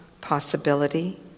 possibility